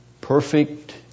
perfect